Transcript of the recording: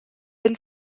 been